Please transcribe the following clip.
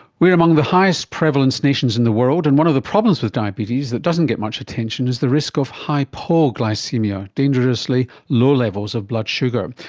we are among the highest prevalence nations in the world, and one of the problems with diabetes that doesn't get much attention is the risk of hypoglycaemia, dangerously low levels of blood sugar.